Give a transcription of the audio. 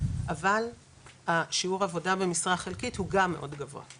אבל השיעור עבודה במשרה חלקית הוא גם מאוד גבוה,